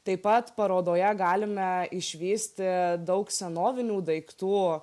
taip pat parodoje galime išvysti daug senovinių daiktų